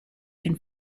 can